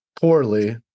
poorly